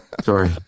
sorry